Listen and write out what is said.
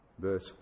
Verse